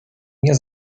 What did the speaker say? nie